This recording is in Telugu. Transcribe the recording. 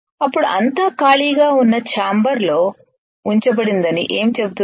అప్పుడు అంతా ఖాళీగా ఉన్న ఛాంబర్ లో ఉంచబడిందని ఏమి చెబుతుంది